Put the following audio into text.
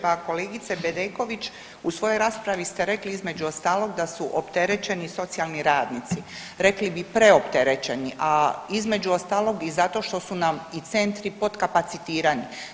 Pa kolegice Bedeković u svojoj raspravi ste rekli između ostalog da su opterećeni socijalni radnici, rekli bi preopterećeni, a između ostalog i zato što su nam i centri potkapacitirani.